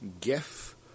GIF